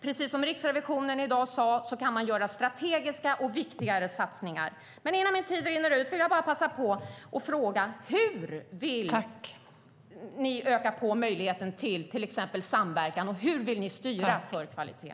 Precis som Riksrevisionen i dag sade kan man göra strategiska och viktigare satsningar. Innan tiden rinner ut vill jag bara passa på att fråga: Hur vill ni öka möjligheten till samverkan? Och hur vill ni styra för kvalitet?